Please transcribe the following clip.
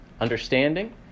understanding